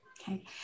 okay